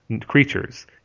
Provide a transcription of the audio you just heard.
creatures